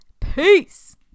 peace